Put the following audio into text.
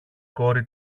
κόρη